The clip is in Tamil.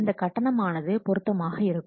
இந்த கட்டணம் ஆனது பொருத்தமாக இருக்கும்